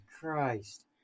Christ